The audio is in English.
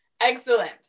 Excellent